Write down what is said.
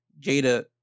Jada